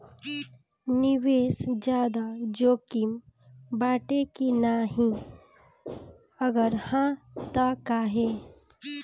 निवेस ज्यादा जोकिम बाटे कि नाहीं अगर हा तह काहे?